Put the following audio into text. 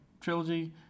trilogy